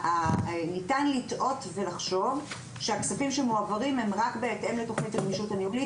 ניתן לטעות ולחשוב שהכספים שמועברים הם רק בהתאם לתכנית הרשות הניהולית,